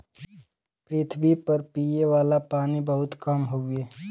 पृथवी पर पिए वाला पानी बहुत कम हउवे